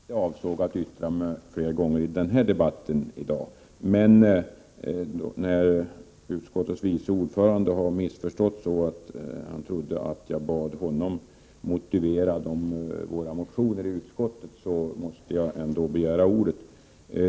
Herr talman! Alla som hörde mitt förra anförande anade nog att jag inte avsåg att yttra mig fler gånger i den här debatten, men när utskottets vice ordförande har missförstått mig så att han trodde att jag bad honom motivera våra motioner i utskottet, måste jag ändå begära ordet.